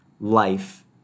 life